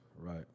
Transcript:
Right